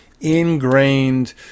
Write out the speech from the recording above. ingrained